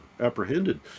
apprehended